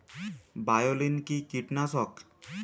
বায়োলিন কি কীটনাশক?